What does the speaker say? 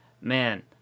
man